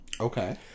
Okay